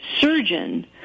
surgeon